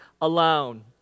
alone